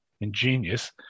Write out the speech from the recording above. ingenious